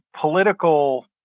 political